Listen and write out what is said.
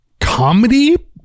comedy